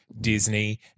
Disney